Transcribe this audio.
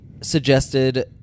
suggested